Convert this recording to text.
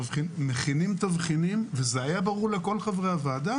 כשמכינים תבחינים וזה היה ברור לכל חברי הוועדה